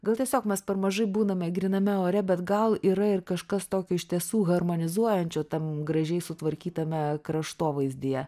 gal tiesiog mes per mažai būname gryname ore bet gal yra ir kažkas tokio iš tiesų harmonizuojančio tam gražiai sutvarkytame kraštovaizdyje